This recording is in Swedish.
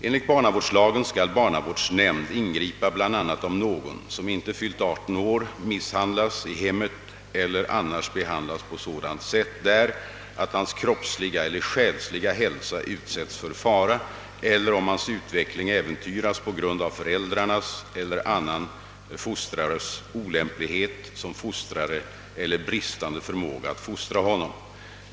Enligt barnavårdslagen skall barnavårdsnämnd ingripa bl.a. om någon, som inte fyllt 18 år, misshandlas i hem met eller annars behandlas på sådant sätt där, att hans kroppsliga eller själsliga hälsa utsätts för fara, eller om hans utveckling äventyras på grund av föräldrarnas eller annan fostrares olämplighet som fostrare eller bristande förmåga att fostra honom.